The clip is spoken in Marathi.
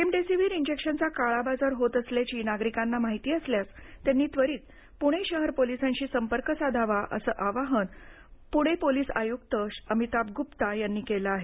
रेमीडेसिव्हर इंजेक्शनचा काळाबाजार होत असल्याची नागरिकांना माहीती असल्यास त्यांनी त्वरीत प्णे शहर पोलीसांशी संपर्क साधावा असं आवाहन पोलीस आय्क्त प्णे शहर अमिताभ ग्रप्ता यांनी केल आहे